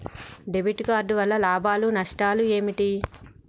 Debit card వల్ల లాభాలు నష్టాలు ఏమిటి?